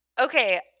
Okay